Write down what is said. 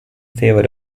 favor